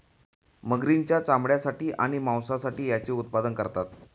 मगरींच्या चामड्यासाठी आणि मांसासाठी याचे उत्पादन करतात